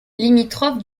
limitrophe